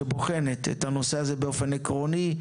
שבוחנת את הנושא הזה באופן עקרוני,